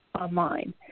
online